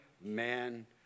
man